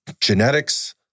genetics